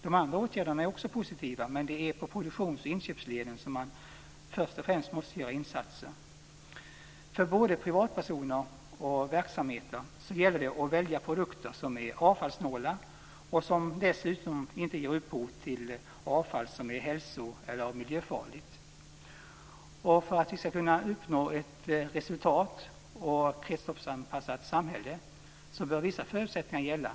De andra åtgärderna är också positiva, men det är i produktions och inköpsleden man först och främst måste göra insatser. För både privatpersoner och verksamheter gäller det att välja produkter som är avfallssnåla och som dessutom inte ger upphov till avfall som är hälsoeller miljöfarligt. För att vi skall kunna uppnå ett resurssnålt och kretsloppsanpassat samhälle bör vissa förutsättningar gälla.